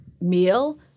meal